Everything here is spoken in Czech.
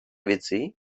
věci